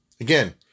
Again